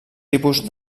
tipus